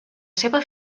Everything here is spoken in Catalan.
seva